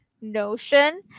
notion